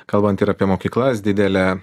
kalbant ir apie mokyklas didelė